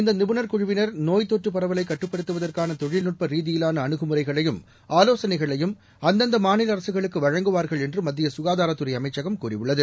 இந்தநிபுணர் குழுவினா்நோய்த்தொற்றுபரவலைகட்டுப்படுத்துவதற்கானதொழில்நுட்பாீதியிலான அனுகுமுறைகளையும் ஆலோசனைகளையும் அந்தந்தமாநிலஅரசுகளுக்குவழங்குவார்கள் என்றுமத்தியககாதாரத்துறைஅமைச்சகம் கூறியுள்ளது